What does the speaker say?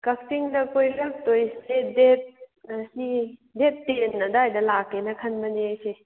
ꯀꯛꯆꯤꯡꯗ ꯀꯣꯏꯔꯛꯇꯣꯏꯁꯦ ꯗꯦꯠ ꯉꯁꯤ ꯗꯦꯠ ꯇꯦꯟ ꯑꯗꯥꯏꯗ ꯂꯥꯛꯀꯦꯅ ꯈꯟꯕꯅꯤ ꯑꯩꯁꯦ